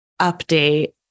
update